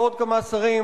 ועוד כמה שרים,